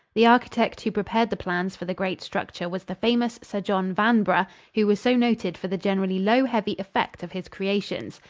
the architect who prepared the plans for the great structure was the famous sir john vanbrugh, who was so noted for the generally low heavy effect of his creations.